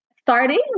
Starting